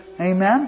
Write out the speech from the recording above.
Amen